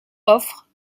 offre